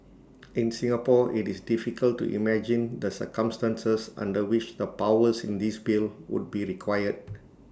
in Singapore IT is difficult to imagine the circumstances under which the powers in this bill would be required